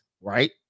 right